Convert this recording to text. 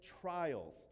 trials